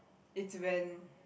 it's when